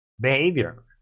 behavior